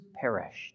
perished